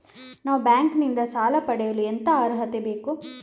ನಾವು ಬ್ಯಾಂಕ್ ನಿಂದ ಸಾಲ ಪಡೆಯಲು ಎಂತ ಅರ್ಹತೆ ಬೇಕು?